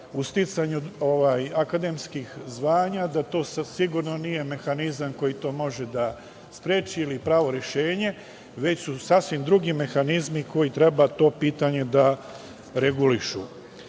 u sticanju akademskih zvanja da to sad sigurno nije mehanizam koji to može da spreči ili pravo rešenje, već su sasvim drugi mehanizmi koji treba to pitanje da regulišu. Konačno